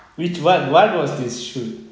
which wha~ what was this shoot